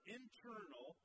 internal